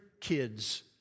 kids